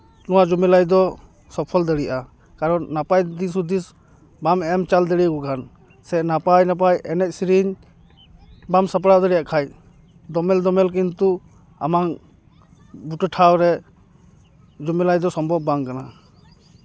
ᱱᱚᱣᱟ ᱡᱚᱢᱮᱞᱟᱭ ᱫᱚ ᱥᱚᱯᱷᱚᱞ ᱫᱟᱲᱮᱭᱟᱜᱼᱟ ᱠᱟᱨᱚᱱ ᱱᱟᱯᱟᱭ ᱫᱤᱥ ᱦᱩᱫᱤᱥ ᱵᱟᱢ ᱧᱮᱞ ᱫᱟᱲᱮᱭᱟᱠᱚ ᱠᱷᱟᱱ ᱥᱮ ᱱᱟᱯᱟᱭᱼᱱᱟᱯᱟᱭ ᱮᱱᱮᱡ ᱥᱮᱨᱮᱧ ᱵᱟᱢ ᱥᱟᱯᱲᱟᱣ ᱫᱟᱲᱮᱭᱟᱜ ᱠᱷᱟᱱ ᱫᱚᱢᱮᱞᱼᱫᱚᱢᱮᱞ ᱠᱤᱱᱛᱩ ᱟᱢᱟᱝ ᱵᱩᱴᱟᱹ ᱴᱷᱟᱶ ᱨᱮ ᱡᱚᱢᱮᱞᱟᱭ ᱫᱚ ᱥᱚᱢᱵᱷᱚᱵᱽ ᱵᱟᱝ ᱠᱟᱱᱟ